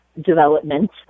development